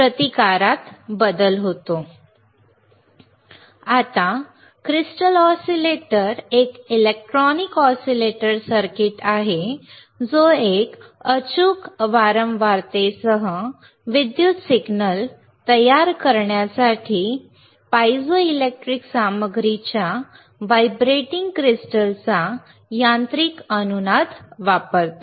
तर आता crystal oscillator एक इलेक्ट्रॉनिक ऑसीलेटर सर्किट आहे जो एक अचूक वारंवारतेसह विद्युत सिग्नल तयार करण्यासाठी पायझोइलेक्ट्रिक सामग्रीच्या व्हायब्रेटिंग क्रिस्टलचा यांत्रिक अनुनाद वापरतो